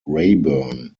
rayburn